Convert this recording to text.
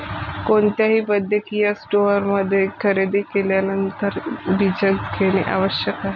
कोणत्याही वैद्यकीय स्टोअरमध्ये खरेदी केल्यानंतर बीजक घेणे आवश्यक आहे